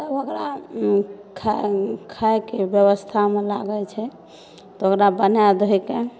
तऽ ओकरा खाइ खाइके ब्यवस्थामे लागल छै तऽ ओकरा बनाए धोएके